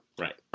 Right